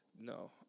No